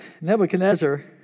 Nebuchadnezzar